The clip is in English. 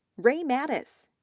ray mattes,